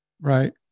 Right